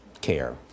care